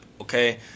okay